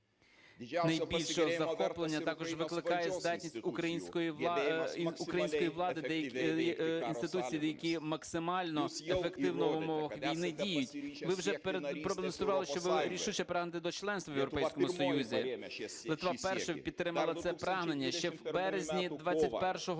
Найбільше захоплення також викликає здатність української влади, інституції, які максимально ефективно в умовах війни діють. Ви вже продемонстрували, що ви рішуче прагнете до членства в Європейському Союзі. Литва перша підтримала це прагнення ще в березні 2021 року.